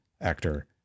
actor